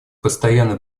постоянный